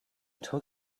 took